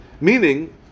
Meaning